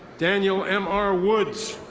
daniel m. r. woods.